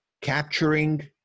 capturing